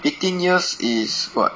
eighteen years is what